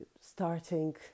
starting